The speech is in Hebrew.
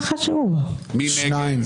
מי נגד?